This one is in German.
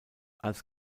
als